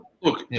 Look